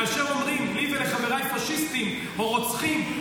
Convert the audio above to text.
כאשר אומרים לי ולחבריי "פשיסטים" או "רוצחים",